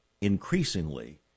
increasingly